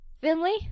Finley